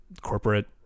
corporate